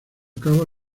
cabo